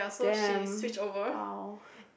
damn !wow!